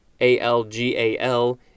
A-L-G-A-L